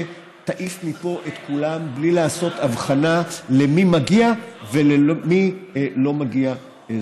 שתעיף מפה את כולם בלי לעשות הבחנה למי מגיעה ולמי לא מגיעה זכות.